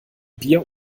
bier